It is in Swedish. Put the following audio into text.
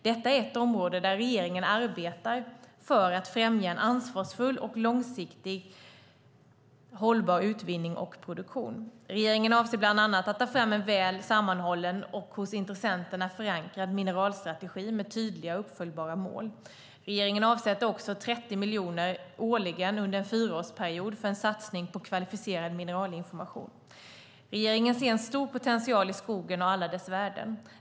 Detta är ett område där regeringen arbetar för att främja en ansvarsfull och långsiktigt hållbar utvinning och produktion. Regeringen avser bland annat att ta fram en väl sammanhållen och hos intressenterna förankrad mineralstrategi med tydliga och uppföljbara mål. Regeringen avsätter också 30 miljoner kronor årligen under en fyraårsperiod för en satsning på kvalificerad mineralinformation. Regeringen ser en stor potential i skogen och alla dess värden.